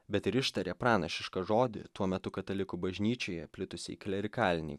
bet ir ištarė pranašišką žodį tuo metu katalikų bažnyčioje plitusiai klerikalinei